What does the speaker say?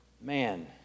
Man